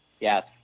Yes